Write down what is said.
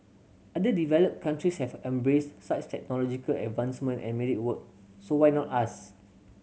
other developed countries have embraced such technological advancement and made it work so why not us